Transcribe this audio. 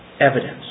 evidence